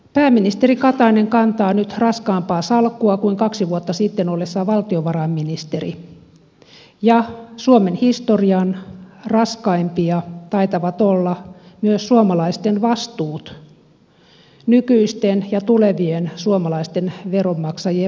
pääministeri katainen kantaa nyt raskaampaa salkkua kuin kaksi vuotta sitten ollessaan valtiovarainministeri ja suomen historian raskaimpia taitavat olla myös suomalaisten vastuut nykyisten ja tulevien suomalaisten veronmaksajien vastuut